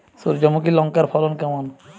সূর্যমুখী লঙ্কার ফলন কেমন?